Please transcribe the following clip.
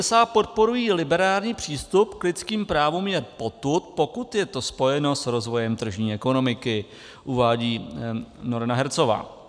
USA podporují liberální přístup k lidským právům jen potud, pokud je to spojeno s rozvojem tržní ekonomiky, uvádí Noreena Hertzová.